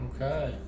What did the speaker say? Okay